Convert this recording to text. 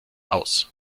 aus